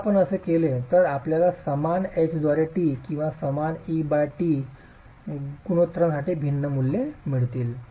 जर आपण असे केले तर आपल्याला समान h द्वारे t किंवा समान e बाय t गुणोत्तरांसाठी भिन्न मूल्ये मिळतील